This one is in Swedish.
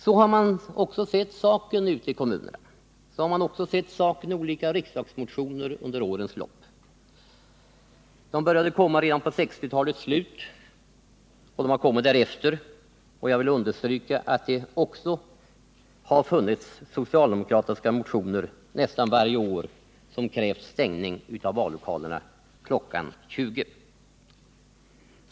Så har man också sett saken ute i kommunerna, så har man också sett saken i olika riksdagsmotioner under årens lopp. Motionerna började komma redan under 1960-talets slut, och de har sedan fortsatt att komma. Jag vill samtidigt understryka att socialdemokraterna nästan varje år väckt motioner där man krävt stängning av vallokalerna kl. 20.